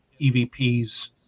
EVPs